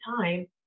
time